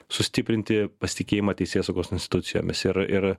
sustiprinti pasitikėjimą teisėsaugos institucijomis ir ir